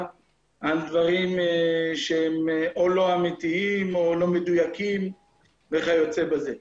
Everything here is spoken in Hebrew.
על דברים שהם או לא אמתיים או לא מדויקים וכיוצא בזה.